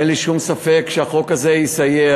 אין לי שום ספק שהחוק הזה יסייע,